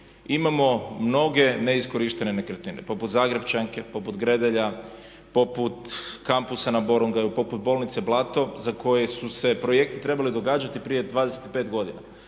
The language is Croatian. imamo mnoge neiskorištene nekretnine poput Zagrepčanke, poput Gredelja, poput Kompasa na Borongaju, poput bolnice Blato za koje su se projekti trebali događati prije 25 godina,